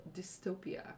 dystopia